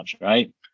right